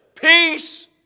Peace